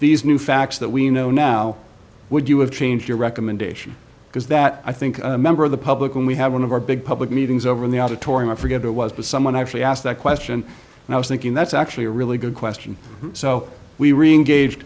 these new facts that we know now would you have changed your recommendation because that i think a member of the public and we have one of our big public meetings over in the auditorium i forget who it was but someone actually asked that question and i was thinking that's actually a really good question so we reengage